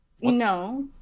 No